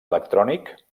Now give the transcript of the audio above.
electrònic